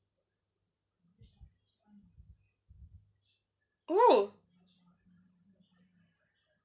oh